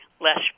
less